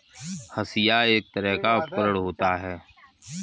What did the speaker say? हंसिआ एक तरह का उपकरण होता है